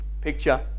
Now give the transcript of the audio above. picture